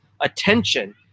attention